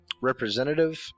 representative